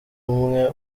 umwe